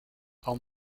aún